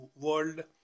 world